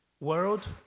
World